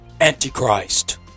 Antichrist